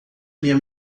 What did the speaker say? minha